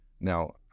Now